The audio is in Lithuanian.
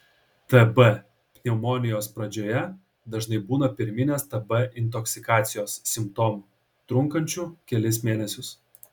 tb pneumonijos pradžioje dažnai būna pirminės tb intoksikacijos simptomų trunkančių kelis mėnesius